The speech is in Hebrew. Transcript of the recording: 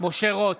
משה רוט,